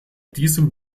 diesem